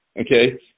Okay